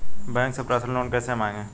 Bank से personal loan कैसे मांगें?